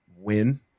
win